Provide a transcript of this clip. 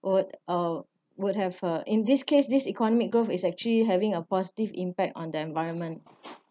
would or would have uh in this case this economic growth is actually having a positive impact on the environment